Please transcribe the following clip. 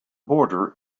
border